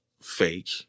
fake